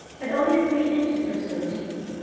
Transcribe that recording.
but only three inches or so deep.